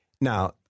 Now